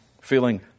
feeling